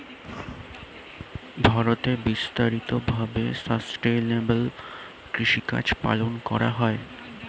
ভারতে বিস্তারিত ভাবে সাসটেইনেবল কৃষিকাজ পালন করা হয়